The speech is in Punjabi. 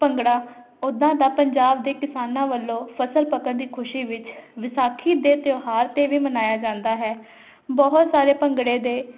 ਭੰਗੜਾ ਉਦਾਂ ਤਾਂ ਪੰਜਾਬ ਦੇ ਕਿਸਾਨਾਂ ਵੱਲੋਂ ਫਸਲ ਪੱਕਣ ਦੀ ਖੁਸ਼ੀ ਵਿੱਚ ਵਿਸਾਖੀ ਦੇ ਤਿਉਹਾਰ 'ਤੇ ਵੀ ਮਨਾਇਆ ਜਾਂਦਾ ਹੈ ਬਹੁਤ ਸਾਰੇ ਭੰਗੜੇ ਦੇ